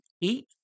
eat